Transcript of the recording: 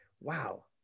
wow